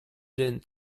games